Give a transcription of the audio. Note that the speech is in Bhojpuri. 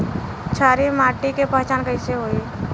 क्षारीय माटी के पहचान कैसे होई?